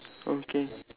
okay